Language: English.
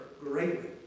greatly